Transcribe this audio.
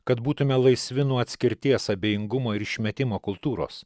kad būtume laisvi nuo atskirties abejingumo ir išmetimo kultūros